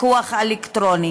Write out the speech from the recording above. לאוקטובר 2015,